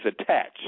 attached